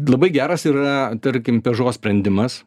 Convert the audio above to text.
labai geras yra tarkim peugeot sprendimas